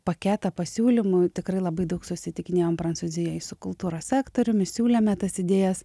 paketą pasiūlymų tikrai labai daug susitikinėjom prancūzijoj su kultūros sektorium ir siūlėme tas idėjas